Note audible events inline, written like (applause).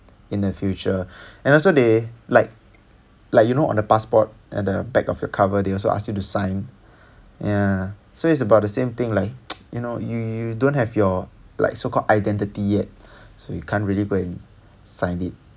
in the future and also they like like you know on the passport at the back of your cover they also ask you to sign ya so it's about the same thing like (noise) you know you you don't have your like so called identity yet so you can't really go and sign it